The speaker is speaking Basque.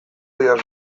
didazu